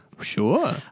Sure